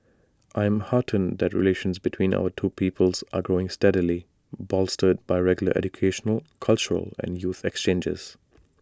I am heartened that relations between our two peoples are growing steadily bolstered by regular educational cultural and youth exchanges